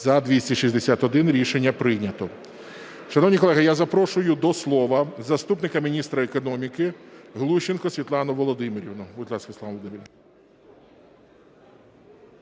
За-311 Рішення прийнято.